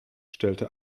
stellte